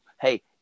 Hey